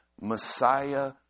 messiah